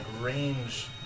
range